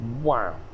Wow